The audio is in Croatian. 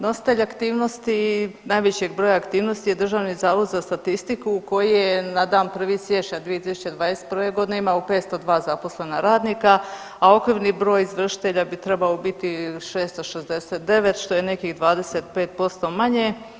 Nositelj aktivnosti, najvećeg broja aktivnosti je Državni zavod za statistiku koji je na dan 1. siječnja 2021. godine imao 502 zaposlena radnika, a okvirni broj izvršitelja bi trebao biti 669 što je nekih 25% manje.